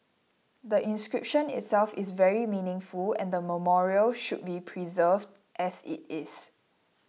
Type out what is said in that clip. the inscription itself is very meaningful and the memorial should be preserved as it is